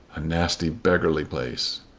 a nasty beggarly place!